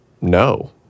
no